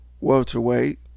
welterweight